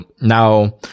now